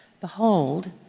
Behold